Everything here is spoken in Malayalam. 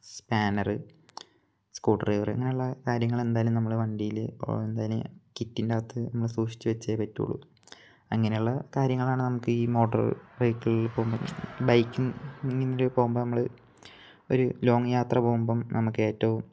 സ്പാനറ് സ്കൂ ഡ്രൈവറ് അങ്ങനെയുള്ള കാര്യങ്ങൾ എന്തായാലും നമ്മൾ വണ്ടിയിൽ എന്തായാലും കിറ്റിൻ്റെ അകത്ത് നമ്മൾ സൂക്ഷിച്ചു വച്ചേ പറ്റുകയുള്ളൂ അങ്ങനെയുള്ള കാര്യങ്ങളാണ് നമുക്ക് ഈ മോട്ടർ വെഹിക്കിളിൽ പോവുമ്പം ബൈക്കിങ്ങിൽ പോവുമ്പം നമ്മൾ ഒരു ലോങ്ങ് യാത്ര പോവുമ്പം നമുക്ക് ഏറ്റവും